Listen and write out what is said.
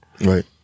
Right